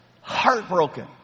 Heartbroken